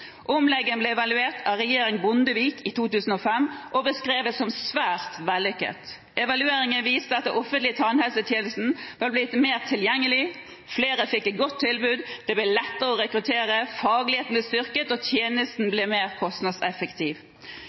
Omleggingen ble evaluert av regjeringen Bondevik i 2005 og beskrevet som svært vellykket. Evalueringen viste at den offentlige tannhelsetjenesten var blitt mer tilgjengelig, flere fikk et godt tilbud, det ble lettere å rekruttere, fagligheten ble styrket, og tjenesten ble mer kostnadseffektiv.